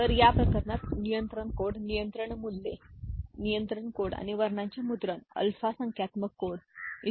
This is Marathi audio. तर त्या प्रकरणात नियंत्रण कोड नियंत्रण मूल्ये नियंत्रण कोड आणि वर्णांचे मुद्रण अल्फा संख्यात्मक कोड इ